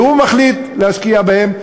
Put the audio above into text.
והוא מחליט להשקיע בהם,